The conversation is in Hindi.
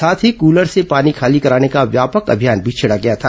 साथ ही कूलर से पानी खाली कराने का व्यापक अभियान भी छेड़ा गया था